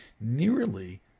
Nearly